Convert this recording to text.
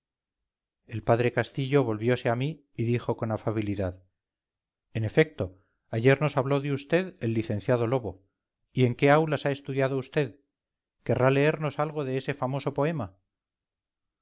el padre castillo volviose a mí y dijo con afabilidad en efecto ayer nos habló de vd el licenciado lobo y en qué aulas ha estudiado usted querrá leernos algo de ese famoso poema